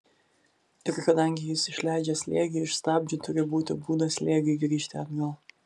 ir kadangi jis išleidžia slėgį iš stabdžių turi būti būdas slėgiui grįžti atgal